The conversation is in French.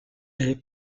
est